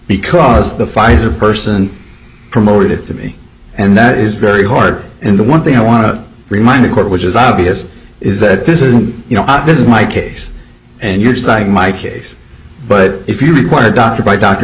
because the pfizer person promoted it to me and that is very hard and the one thing i want to remind the court which is obvious is that this is you know this is my case and your side of my case but if you require a doctor by doctor